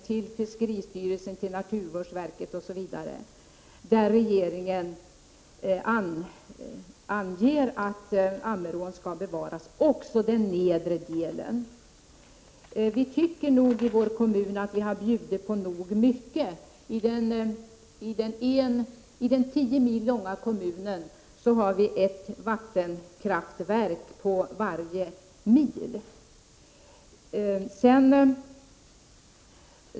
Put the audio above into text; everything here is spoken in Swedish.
fiskeristyrelsen, naturvårdsverket osv. — som innebär att Ammerån skall bevaras, också den nedre delen. I vår kommun tycker vi att vi har bjudit på nog mycket. I den tio mil långa kommunen har vi ett vattenkraftverk per mil.